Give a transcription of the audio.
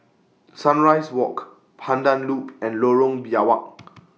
Sunrise Walk Pandan Loop and Lorong Biawak